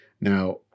Now